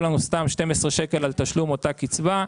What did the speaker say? לנו סתם 12 שקלים על תשלום אותה קצבה.